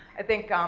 i think, um